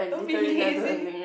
don't be lazy